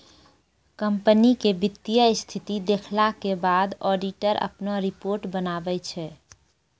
company के वित्तीय स्थिति देखला के बाद ऑडिटर अपनो रिपोर्ट बनाबै छै